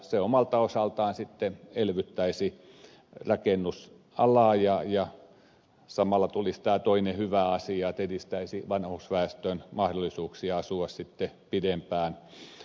se omalta osaltaan elvyttäisi rakennusalaa ja samalla tulisi tämä toinen hyvä asia että edistettäisiin vanhusväestön mahdollisuuksia asua pidempään kotona